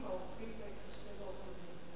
קדימה, עובדים קשה באופוזיציה.